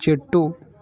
చెట్టు